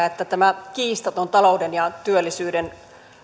että tämä kiistaton talouden ja työllisyyden